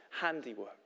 handiwork